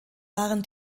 waren